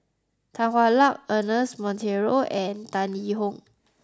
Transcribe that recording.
Tan Hwa Luck Ernest Monteiro and Tan Yee Hong